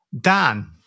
Dan